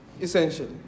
essentially